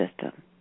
system